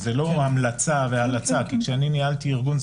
וזה לא המלצה והלצה כי כשאני ניהלתי ארגון,